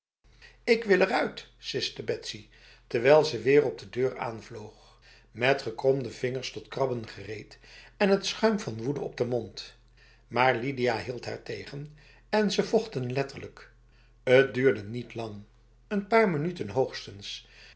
ik wil eruit siste betsy terwijl ze weer op de deur aanvloog met gekromde vingers tot krabben gereed en t schuim van woede op de mond maar lidia hield haar tegen en ze vochten letterlijk het duurde niet lang n paar minuten hoogstens